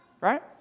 Right